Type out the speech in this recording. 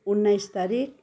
उन्नाइस तारिक